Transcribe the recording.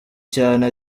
cyane